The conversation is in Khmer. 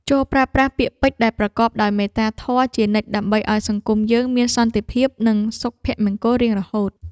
ចូរប្រើប្រាស់ពាក្យពេចន៍ដែលប្រកបដោយមេត្តាធម៌ជានិច្ចដើម្បីឱ្យសង្គមយើងមានសន្តិភាពនិងសុភមង្គលរៀងរហូត។